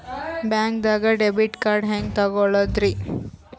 ಬ್ಯಾಂಕ್ದಾಗ debit card ಹೆಂಗ್ ತಗೊಳದ್ರಿ?